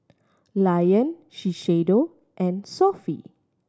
Lion Shiseido and Sofy